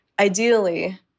ideally